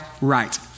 right